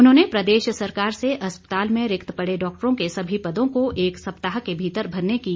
उन्होंने प्रदेश सरकार से अस्पताल में रिक्त पड़ डाक्टरों के सभी पदों को एक सप्ताह के भीतर भरने की मांग की है